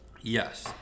Yes